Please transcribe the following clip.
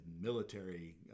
military